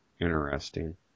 Interesting